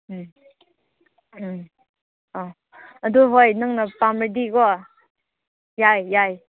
ꯎꯝ ꯎꯝ ꯑꯥ ꯑꯗꯣ ꯍꯣꯏ ꯅꯪꯅ ꯄꯥꯝꯂꯗꯤ ꯀꯣ ꯌꯥꯏ ꯌꯥꯏ